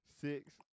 Six